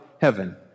heaven